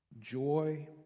joy